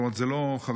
זאת אומרת שזה לא חרדים,